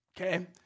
okay